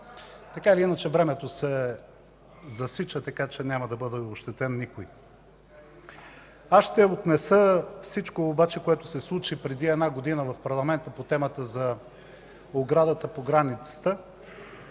Така или иначе времето се засича, така че няма да бъде ощетен никой. Аз ще отнеса всичко, което се случи преди една година в парламента по темата за оградата по границата,